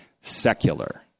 secular